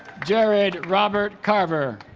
jared robert carver